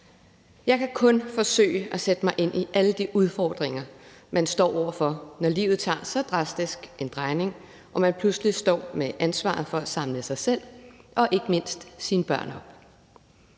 Jeg kan kun forsøge at sætte mig ind i alle de udfordringer, man står over for, når livet tager så drastisk en drejning og man pludselig står med ansvaret for at samle sig selv og ikke mindst sine børn op.